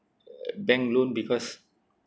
bank loan because